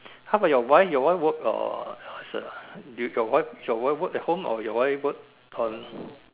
how about your wife your wife work or what' the your wife your wife work at home or you wife work on